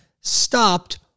stopped